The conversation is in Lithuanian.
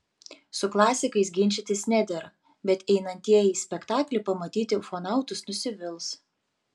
su klasikais ginčytis nedera bet einantieji į spektaklį pamatyti ufonautus nusivils